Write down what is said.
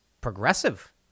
progressive